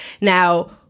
Now